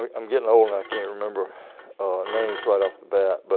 like i am getting old and i can't remember names right off the bat. but